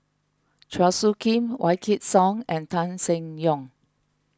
Chua Soo Khim Wykidd Song and Tan Seng Yong